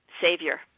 savior